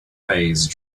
phase